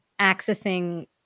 accessing